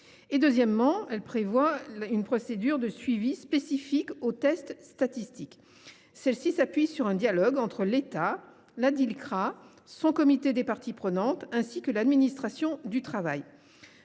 en second lieu, de prévoir une procédure de suivi spécifique aux tests statistiques. Celle ci s’appuierait sur un dialogue entre l’État, la Dilcrah, le comité des parties prenantes, ainsi que l’administration du travail.